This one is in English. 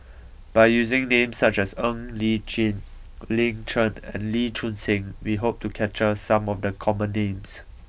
by using names such as Ong Li Chin Lin Chen and Lee Choon Seng we hope to capture some of the common names